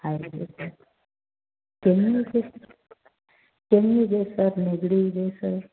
ಆಯಿತು ಸರ್ ಕೆಮ್ಮು ಇದೆ ಸರ್ ಕೆಮ್ಮು ಇದೆ ಸರ್ ನೆಗಡಿ ಇದೆ ಸರ್